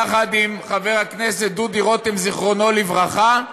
יחד עם חבר הכנסת דודו רותם, זיכרונו לברכה,